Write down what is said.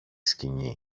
σκοινί